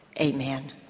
amen